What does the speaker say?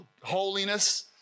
holiness